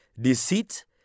deceit